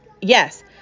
Yes